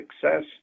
success